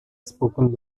spoken